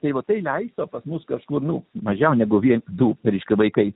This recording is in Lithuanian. tai va tai leistų pas mus nu kažkur numažiau negu vien du reiškia vaikai